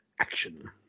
action